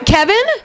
Kevin